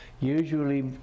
Usually